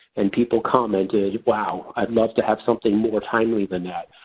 and people commented wow, i'd love to have something more timely than that,